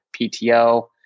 PTO